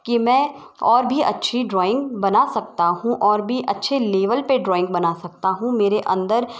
कि मै और भी अच्छी ड्राइंग बना सकता हूँ और भी अच्छे लेवल पर ड्राइंग बना सकता हूँ मेरे अंदर